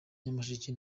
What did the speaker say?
nyamasheke